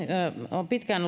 on pitkään